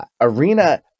arena